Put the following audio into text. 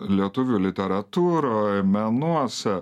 lietuvių literatūroj menuose